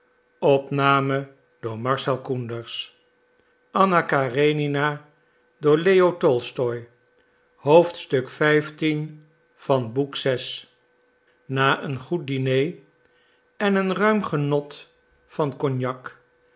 na een goed diner en een ruim genot van cognac